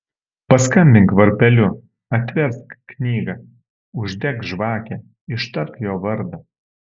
paskambink varpeliu atversk knygą uždek žvakę ištark jo vardą